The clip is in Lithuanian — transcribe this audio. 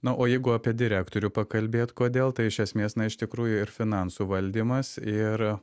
na o jeigu apie direktorių pakalbėt kodėl tai iš esmės na iš tikrųjų ir finansų valdymas ir